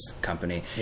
company